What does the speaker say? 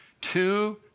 two